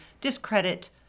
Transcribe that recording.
discredit